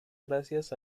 gracias